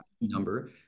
number